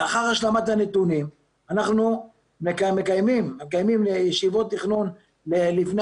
לאחר השלמת הנתונים אנחנו נקיים ישיבת תכנון לפני